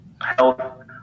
health